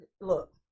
look